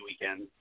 weekend